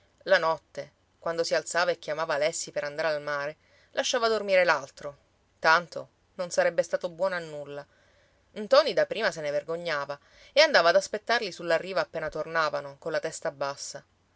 la notte quando si alzava e chiamava alessi per andare al mare lasciava dormire l'altro tanto non sarebbe stato buono a nulla ntoni da prima se ne vergognava e andava ad aspettarli sulla riva appena tornavano colla testa bassa